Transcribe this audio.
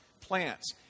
plants